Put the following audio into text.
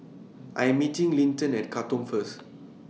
I Am meeting Linton At Katong First